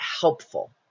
helpful